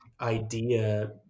idea